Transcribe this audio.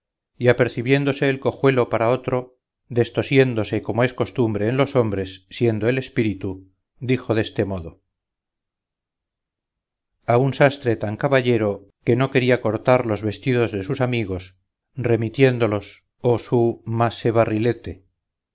y apercibiéndose el cojuelo para otro destosiéndose como es costumbre en los hombres siendo él espíritu dijo deste modo a un sastre tan caballero que no quería cortar los vestidos de sus amigos remitiéndolos a su